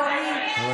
אדוני,